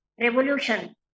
revolution